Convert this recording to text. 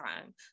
time